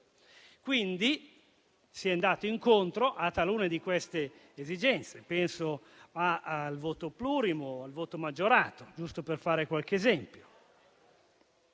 Quindi si è andati incontro a talune di queste esigenze. Penso al voto plurimo o al voto maggiorato, giusto per fare qualche esempio.